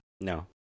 No